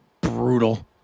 brutal